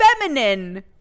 feminine